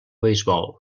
beisbol